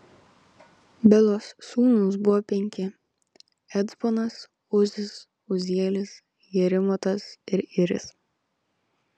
belos sūnūs buvo penki ecbonas uzis uzielis jerimotas ir iris